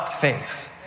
faith